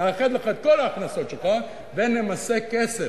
נאחד לך את כל ההכנסות שלך ונמסה כסף.